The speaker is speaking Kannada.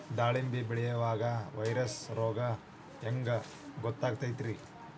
ದಾಳಿಂಬಿ ಬೆಳಿಯಾಗ ವೈರಸ್ ರೋಗ ಹ್ಯಾಂಗ ಗೊತ್ತಾಕ್ಕತ್ರೇ?